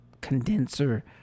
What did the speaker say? condenser